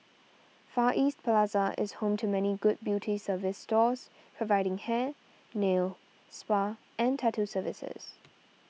Far East Plaza is home to many good beauty service stores providing hair nail spa and tattoo services